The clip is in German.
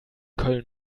köln